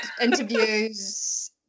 interviews